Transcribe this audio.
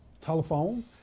telephone